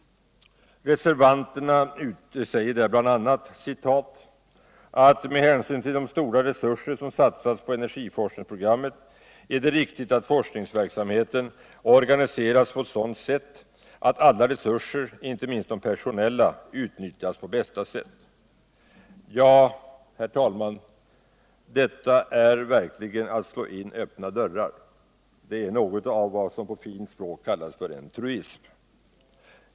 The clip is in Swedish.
Reservanterna säger där bl.a.: ”Med hänsyn bl.a. till de stora resurser som satsas på energiforskningsprogrammel är det viktigt att forskningsverksamheten organiseras på ett sådant sätt all alla resurser — inte Energiforskning, minst de personella —- utnyttjas på bästa sätt.” Herr talman! Detta är verkligen att slå in öppna dörrar. Det är något av vad som på fint språk kallas för en truism.